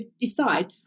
decide